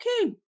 okay